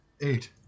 eight